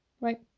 right